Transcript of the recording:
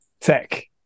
tech